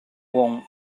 want